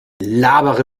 labere